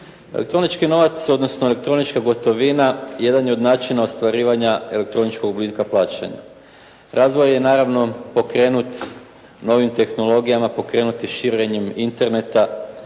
Elektronički novac, odnosno elektronička gotovina jedan je od načina ostvarivanja elektroničkog oblika plaćanja. Razvoj je naravno pokrenut novim tehnologijama pokrenuti širenjem Interneta,